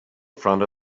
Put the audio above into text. front